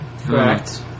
Correct